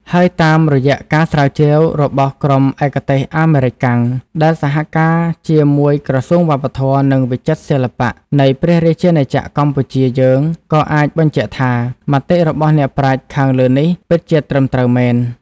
ហើយតាមរយៈការស្រាវជ្រាវរបស់ក្រុមឯកទេសអាមេរិកកាំង ដែលសហការណ៍ជាមួយក្រសួងវប្បធម៌ និងវិចិត្រសិល្បៈ នៃព្រះរាជាណាចក្រកម្ពុជា យើង ក៏អាចបញ្ជាក់ថា មតិរបស់អ្នកប្រាជ្ញខាងលើនេះ ពិតជាត្រឹមត្រូវមែន ។